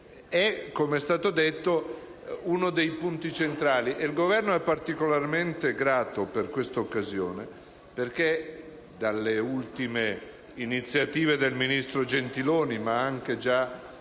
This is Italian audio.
Il Governo è particolarmente grato per questa occasione, perché nelle ultime iniziative del ministro Gentiloni, ma già